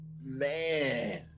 Man